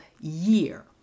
year